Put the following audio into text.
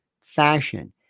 fashion